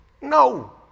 No